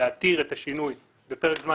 להתיר את השינוי בפרק זמן